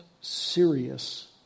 serious